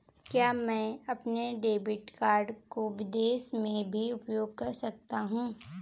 क्या मैं अपने डेबिट कार्ड को विदेश में भी उपयोग कर सकता हूं?